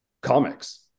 comics